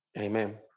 Amen